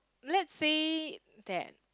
let's say that